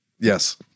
Yes